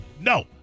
No